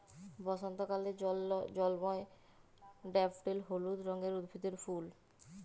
বসন্তকালে জল্ময় ড্যাফডিল হলুদ রঙের উদ্ভিদের ফুল